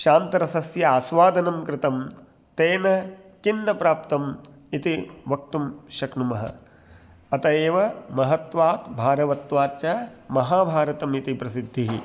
शान्तरसस्य आस्वादनं कृतं तेन किन्न प्राप्तम् इति वक्तुं शक्नुमः अतः एव महत्वात् भारवत्वात् च महाभारतम् इति प्रसिद्धिः